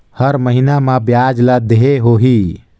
हर महीना मा ब्याज ला देहे होही?